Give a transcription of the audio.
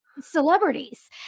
celebrities